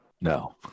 No